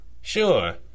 Sure